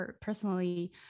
personally